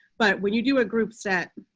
but when you do a group set,